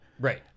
right